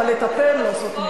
אבל את הפה הם לא סותמים.